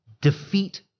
defeat